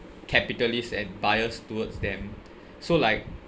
capitalist and biased towards them so like